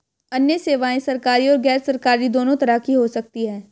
अन्य सेवायें सरकारी और गैरसरकारी दोनों तरह की हो सकती हैं